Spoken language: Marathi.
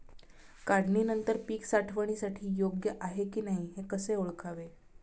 काढणी नंतर पीक साठवणीसाठी योग्य आहे की नाही कसे ओळखावे?